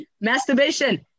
Masturbation